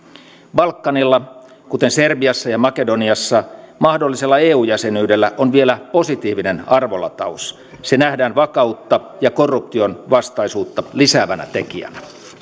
balkanilla kuten serbiassa ja makedoniassa mahdollisella eu jäsenyydellä on vielä positiivinen arvolataus se nähdään vakautta ja korruptionvastaisuutta lisäävänä tekijänä